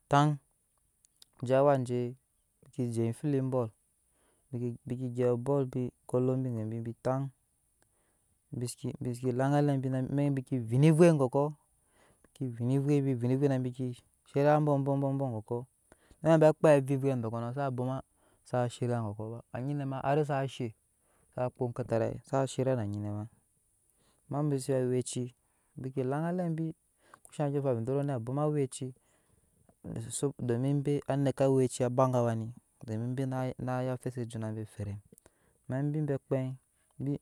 ataŋ bike je awaje bike efili ball bike bike gyɛp oball bi bi taŋ biseke laŋ alɛ bi amek nyine bineke veini wei gokɔɔ bi veriibi nekke shny boɔboɔɔ gɔkɔɔ ama abe akpei mvei emvei dɔɔkɔno sa bwaloma sa shiya gɔkɔɔba anjeine ma hari sa she sakpo ekatarai sa zhirya na angei nɛba ama bibi sewe aweci bike laŋgale bi ku shan ondy ɔɔnfon vɛɛ de ni bwoma aweei domin be aneke awaci ba gani domin be naya pese juna be ferem ama bibɛɛ akppei ba.